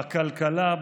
בכלכלה,